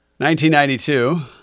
1992